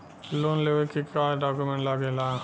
Loan लेवे के का डॉक्यूमेंट लागेला?